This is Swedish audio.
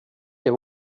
det